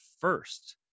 first